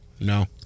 no